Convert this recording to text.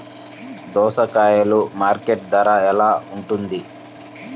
దోసకాయలు మార్కెట్ ధర ఎలా ఉంటుంది?